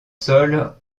sol